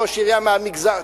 ראש עירייה מהמגזר,